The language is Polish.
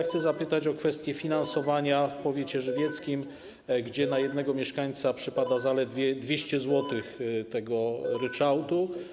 Chcę zapytać o kwestię finansowania w powiecie żywieckim, gdzie na jednego mieszkańca przypada zaledwie 200 zł tego ryczałtu.